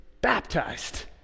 baptized